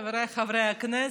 חבריי חברי הכנסת,